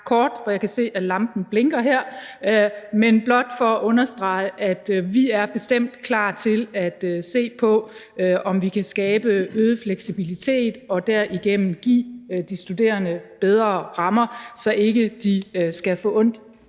kort; jeg kan se, at lampen blinker her: Jeg vil blot understrege, at vi bestemt er klar til at se på, om vi kan skabe øget fleksibilitet og derigennem give de studerende bedre rammer, så de ikke skal få